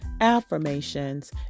affirmations